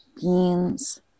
Beans